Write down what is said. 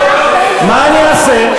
מה אני אעשה?